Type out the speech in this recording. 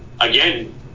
again